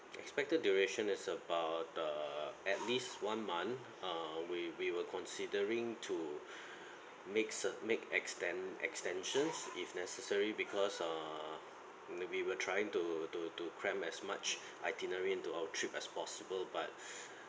expected duration is about err at least one month err we we were considering to make cer~ make extend extensions if necessary because err we were trying to to to cram as much itinerary into our trip as possible but